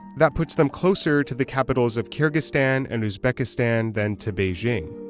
that puts them closer to the capitals of kyrgyzstan and uzbekistan than to beijing.